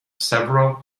several